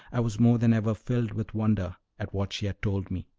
i was more than ever filled with wonder at what she had told me.